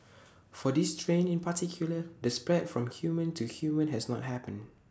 for this strain in particular the spread from human to human has not happened